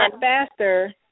faster